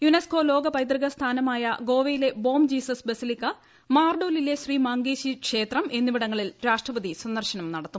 UNESCO ലോക പൈതൃക സ്ഥാനമായ ഗോവയിലെ ബോം ജീസ്സ് ബസലിക്ക മാർഡോലിലെ ശ്രീ മാംഗേശി ക്ഷേത്രം എന്നിവിടങ്ങളിൽ രാഷ്ട്രപതി സന്ദർശനം നടത്തും